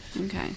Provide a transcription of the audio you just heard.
Okay